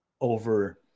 over